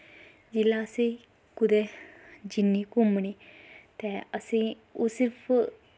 जेल्लै असें कुदै जन्ने घूमने गी ते असें ओह् सिर्फ